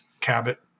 Cabot